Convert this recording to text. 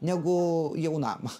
negu jaunam